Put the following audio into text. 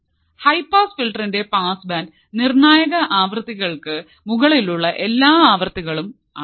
high pass ഫിൽട്ടറിന്റെ passband നിർണായക ആവൃത്തികൾക്ക് മുകളിലുള്ള എല്ലാ ആവൃത്തികകളും ആണ്